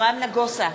אברהם נגוסה,